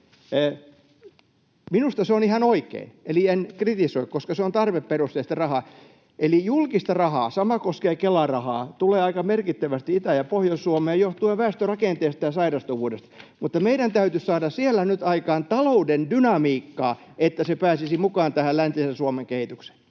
Minusta se on ihan oikein. Eli en kritisoi, koska se on tarveperusteista rahaa, eli julkista rahaa. Sama koskee Kela-rahaa, jota tulee aika merkittävästi Itä- ja Pohjois-Suomeen johtuen väestörakenteesta ja sairastavuudesta. Mutta meidän täytyisi saada siellä nyt aikaan talouden dynamiikkaa, niin että se pääsisi mukaan tähän läntisen Suomen kehitykseen.